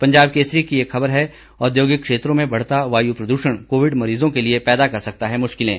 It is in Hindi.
पंजाब केसरी की एक खबर है औद्योगिक क्षेत्रों में बढ़ता वाय् प्रद्षण कोविड मरीजों के लिए पैदा कर सकता है मुश्किलें